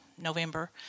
November